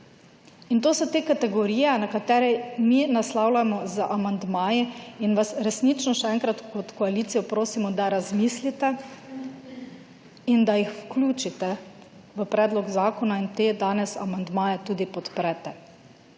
In to so te kategorije, na katere mi naslavljamo z amandmaji in vas resnično še enkrat, kot koalicijo, prosimo, da razmislite in da jih vključite v predlog zakona in te danes amandmaje tudi podprete.